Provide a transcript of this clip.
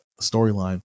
storyline